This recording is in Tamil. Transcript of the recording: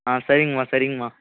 ஆ சரிங்கம்மா சரிங்கம்மா